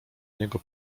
niego